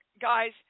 guys